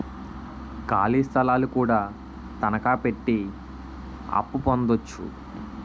ఖాళీ స్థలాలు కూడా తనకాపెట్టి అప్పు పొందొచ్చు